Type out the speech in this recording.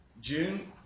June